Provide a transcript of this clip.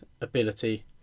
ability